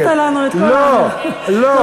עכשיו הרסת לנו את כל, לא, לא.